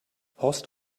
horst